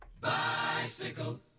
Bicycle